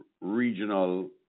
regional